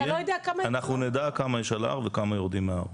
אנחנו נדע כמה יש על ההר וכמה יורדים מההר.